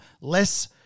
less